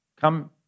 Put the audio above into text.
Come